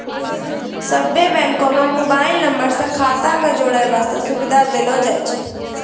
सभ्भे बैंको म मोबाइल नम्बर से खाता क जोड़ै बास्ते सुविधा देलो जाय छै